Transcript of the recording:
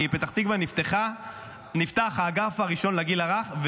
כי בפתח תקווה נפתח האגף הראשון לגיל הרך,